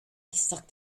sucked